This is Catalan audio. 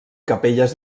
capelles